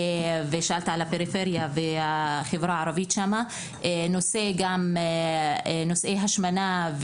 כמו כן גם ברשויות הערביות וגם בפריפריה בנושא של השמנה,